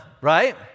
Right